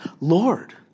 Lord